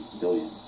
billion